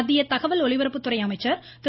மத்திய தகவல் ஒலிபரப்புத்துறை அமைச்சர் திரு